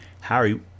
Harry